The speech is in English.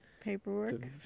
paperwork